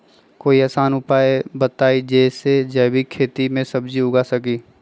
कोई आसान उपाय बताइ जे से जैविक खेती में सब्जी उगा सकीं?